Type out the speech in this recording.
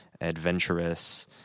adventurous